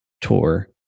Tour